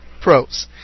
Pros